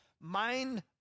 Mind